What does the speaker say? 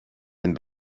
den